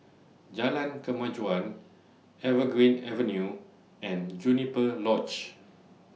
Jalan Kemajuan Evergreen Avenue and Juniper Lodge